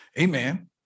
Amen